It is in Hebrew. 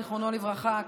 זיכרונו לברכה.